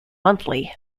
monthly